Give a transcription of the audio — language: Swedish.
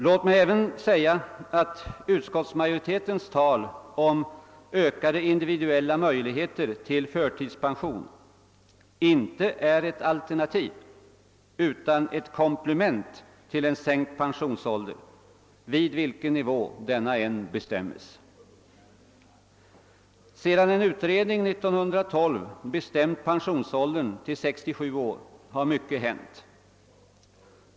Låt mig även säga att ökade individuella möjligheter till förtidspension, som utskottet talar om, inte är ett alternativ, utan ett komplement, till en sänkt pensionsålder, vid vilken nivå denna än bestämmes. Sedan en utredning 1912 bestämt pensionsåldern till 67 år har mycket hänt.